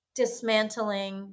dismantling